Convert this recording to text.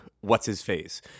what's-his-face